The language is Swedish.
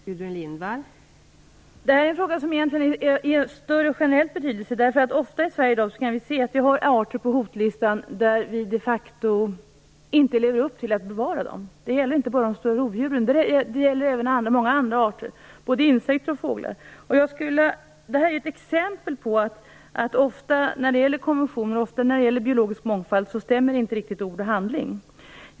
Fru talman! Detta är egentligen en fråga som generellt är av större betydelse. I Sverige kan vi nämligen ofta se att det finns arter på hotlistan, vilka vi de facto inte lever upp till att bevara. Det gäller inte bara de stora rovdjuren utan även många andra arter, både insekter och fåglar. Detta är ett exempel på att ord och handling inte riktigt stämmer överens när det gäller konventioner om biologisk mångfald.